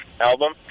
album